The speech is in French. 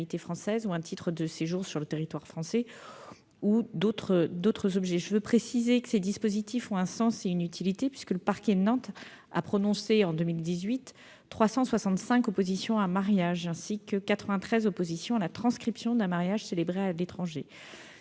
ou d'autres objets. Ces dispositifs ont un sens et une utilité, puisque le parquet de Nantes a prononcé, en 2018, 365 oppositions à mariage ainsi que 93 oppositions à la transcription d'un mariage célébré à l'étranger.